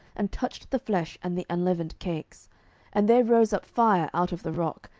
and touched the flesh and the unleavened cakes and there rose up fire out of the rock,